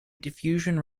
diffusion